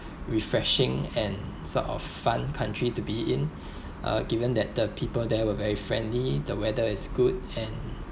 refreshing and sort of fun country to be in uh given that the people there were very friendly the weather is good and